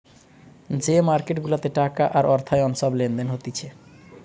যে মার্কেট গুলাতে টাকা আর অর্থায়ন সব লেনদেন হতিছে